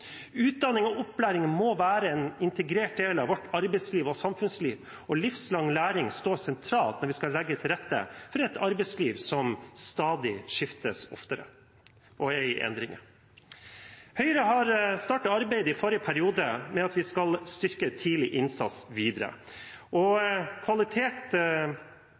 Utdanning og opplæring må være en integrert del av vårt arbeidsliv og samfunnsliv, og livslang læring står sentralt når vi skal legge til rette for et arbeidsliv som skifter stadig oftere og er i endring. Høyre startet arbeidet i forrige periode med at vi skal styrke tidlig innsats videre, fra kvalitet